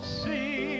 see